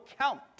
count